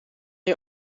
jij